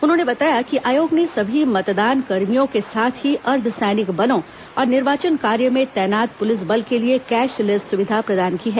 उन्होंने बताया कि आयोग ने सभी मतदानकर्मियों के साथ ही अर्द्व सैनिक बलों और निर्वाचन कार्य में तैनात पुलिस बल के लिए कैशलेस सुविधा प्रदान की है